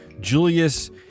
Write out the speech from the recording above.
Julius